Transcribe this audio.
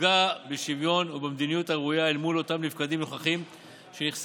יפגע בשוויון ובמדיניות הראויה אל מול אותם נפקדים-נוכחים שנכסיהם,